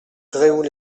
gréoux